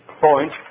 point